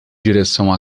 direção